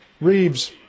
Reeves